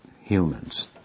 humans